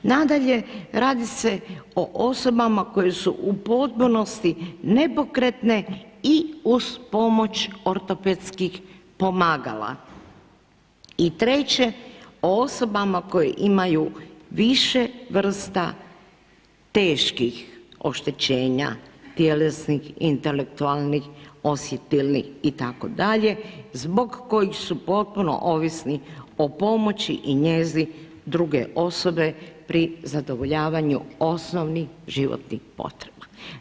Nadalje radi se o osobama koje su u potpunosti nepokretne i uz pomoć ortopedskih pomagala i treće, o osobama koje imaju više vrsta teških oštećenja, tjelesnih, intelektualnih, osjetilnih itd., zbog kojih su potpuno ovisni o pomoći i njezi druge osobe pri zadovoljavanju osnovnih životnih potreba.